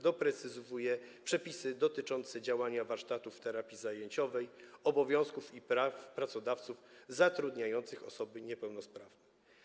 Doprecyzowuje przepisy dotyczące działania warsztatów terapii zajęciowej, obowiązków i praw pracodawców zatrudniających osoby niepełnosprawne.